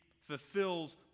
fulfills